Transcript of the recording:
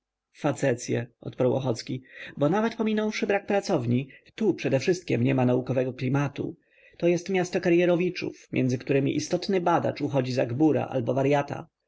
facecye odparł ochocki bo nawet pominąwszy brak pracowni tu przedewszystkiem niema naukowego klimatu to jest miasto karyerowiczów między którymi istotny badacz uchodzi za gbura albo waryata